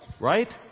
right